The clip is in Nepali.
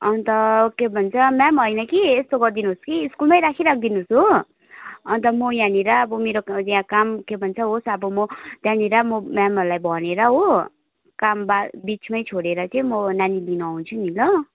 अन्त के भन्छ म्याम होइन कि यस्तो गरिदिनुहोस् कि स्कुलमै राखि राखिदिनुहोस् हो अन्त म यहाँनिर अब मेरो यहाँ काम के भन्छ होस् अब म त्यहाँनिर म म्यामहरूलाई भनेर हो काम बा बिचमै छोडेर चाहिँ म नानी लिनु आउँछु नि ल